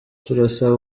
turasaba